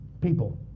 people